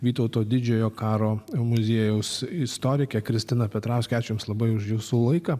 vytauto didžiojo karo muziejaus istorikę kristina petrauskę aš jums labai už jūsų laiką